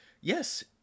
yes